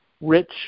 rich